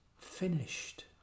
finished